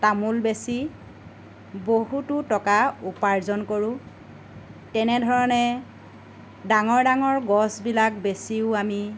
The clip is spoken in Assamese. তামোল বেচি বহুতো টকা উপাৰ্জন কৰোঁ তেনেধৰণে ডাঙৰ ডাঙৰ গছবিলাক বেচিও আমি